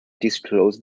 disclosed